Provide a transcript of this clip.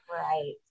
Right